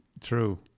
true